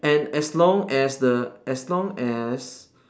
and as long as the as long as